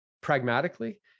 pragmatically